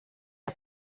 der